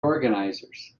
organizers